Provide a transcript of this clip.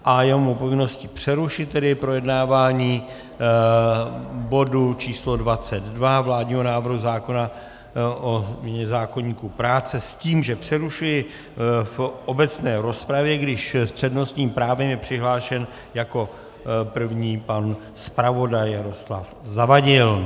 Je mou povinností přerušit tedy projednávání bodu č. 22, vládního návrhu zákona o změně zákoníku práce, s tím, že přerušuji v obecné rozpravě, když s přednostním právem je přihlášen jako první pan zpravodaj Jaroslav Zavadil.